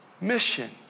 mission